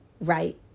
right